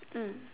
mm